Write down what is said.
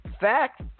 fact